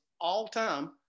all-time